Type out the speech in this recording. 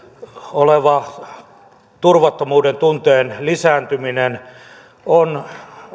olevan turvattomuuden tunteen lisääntyminen on